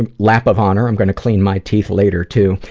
and lap of honor, i'm going to clean my teeth later too,